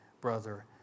brother